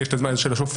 יש את הזמן של השופט,